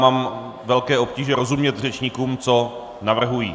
Já mám velké obtíže rozumět řečníkům, co navrhují.